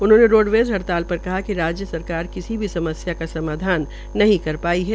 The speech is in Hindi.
उन्होंने रोडवेज़ हड़ताल पर कहा कि राज्य सरकार किसी भी समस्या का समाधान नहीं कर पाई है